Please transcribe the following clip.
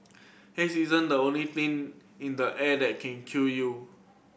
haze isn't the only thing in the air that can kill you